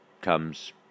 comes